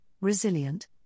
resilient